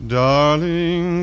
darling